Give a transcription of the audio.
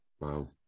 Wow